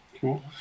Cool